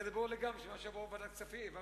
הרי ברור לגמרי שמה שיבוא לוועדת הכספים